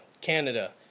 Canada